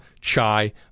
chai